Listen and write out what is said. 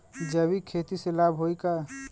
जैविक खेती से लाभ होई का?